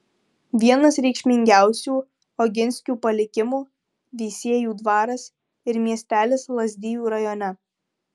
vienas reikšmingiausių oginskių palikimų veisiejų dvaras ir miestelis lazdijų rajone